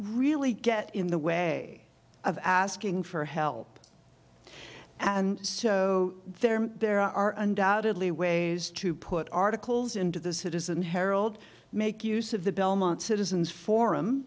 really get in the way of asking for help and so there are there are undoubtedly ways to put articles into the citizen harold make use of the belmont citizens forum